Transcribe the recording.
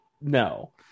no